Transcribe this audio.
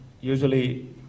usually